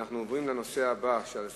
אנחנו עוברים לנושא הבא שעל סדר-היום: